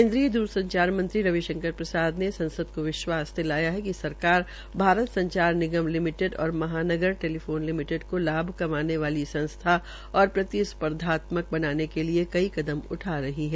केन्दींय दूर संचार रविशंकर प्रसाद ने संसद को विश्वास दिलाया है कि भारत संचार निगम लिमिटेड और महानगर टेलीफोन लिमिटेड को लाभ कमाने वाली संस्था और प्रति स्पर्धात्मक बनाने के लिये कई कदम उठा रही है